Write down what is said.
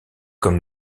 comme